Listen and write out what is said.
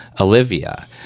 Olivia